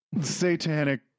satanic